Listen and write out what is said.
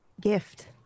gift